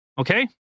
Okay